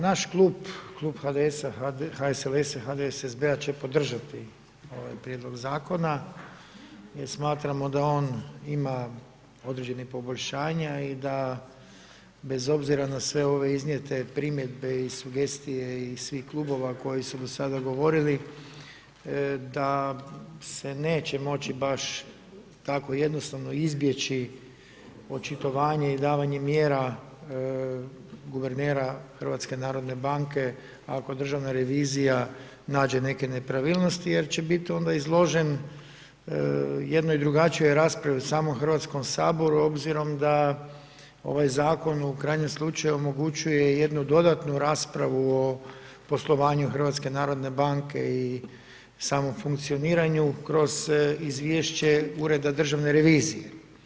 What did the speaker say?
Naš klub, Klub HDS-a, HSLS-a i HDSSB-a će podržati ovaj prijedlog zakona, jer smatramo da on ima određena poboljšanja i da bez obzira na sve ove iznijete primjedbe i sugestije iz svih klubova koji su do sada govorili, da se neće moći baš tako jednostavno izbjeći, očitavanje i davanje mjera guvernera HNB-a ako Državna revizija nađe neke nepravilnosti, jer će biti onda izložen, jednoj drugačijoj raspravi u samom Hrvatskom saboru, obzirom da ovaj zakon, u krajnjem slučaju, omogućuje jednu dodatnu raspravu o poslovanju HNB-a i samom funkcioniranju kroz izvješće Ureda državne revizije.